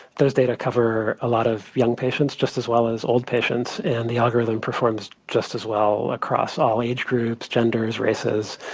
those data cover a lot of young patients, just as well as old patients. and the algorithm performs just as well across all age groups, genders, races.